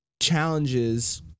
challenges